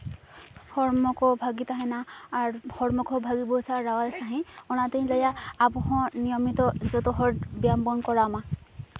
ᱦᱚᱲᱢᱚ ᱠᱚ ᱵᱷᱟᱹᱜᱤ ᱛᱟᱦᱮᱱᱟ ᱟᱨ ᱦᱚᱲᱢᱚ ᱠᱚᱦᱚᱸ ᱵᱷᱹᱜᱤ ᱵᱩᱡᱷᱟᱹᱼᱟ ᱨᱟᱣᱟᱞ ᱥᱟᱺᱦᱤᱡ ᱚᱱᱟᱛᱤᱧ ᱞᱟᱹᱭᱟ ᱟᱵᱚᱦᱚᱸ ᱱᱤᱭᱚᱢᱤᱛᱚ ᱡᱚᱛᱚᱦᱚᱲ ᱵᱮᱭᱟᱢ ᱵᱚᱱ ᱠᱚᱨᱟᱣ ᱢᱟ